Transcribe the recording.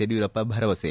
ಯಡಿಯೂರಪ್ಪ ಭರವಸೆ